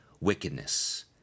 wickedness